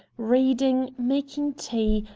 reading, making tea,